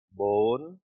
bone